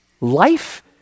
Life